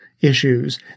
issues